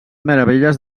meravelles